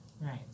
Right